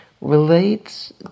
relates